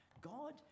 God